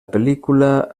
pel·lícula